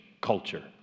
culture